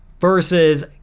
versus